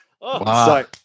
Wow